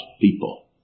people